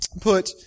put